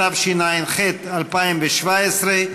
התשע"ח 2017,